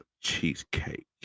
cheesecake